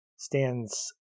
stands